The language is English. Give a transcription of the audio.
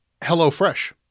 HelloFresh